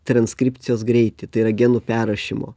transkripcijos greitį tai yra genų perrašymo